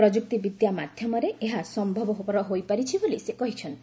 ପ୍ରଯୁକ୍ତିବିଦ୍ୟା ମାଧ୍ୟମରେ ଏହା ସମ୍ଭବ ହୋଇପାରିଛି ବୋଲି ସେ କହିଛନ୍ତି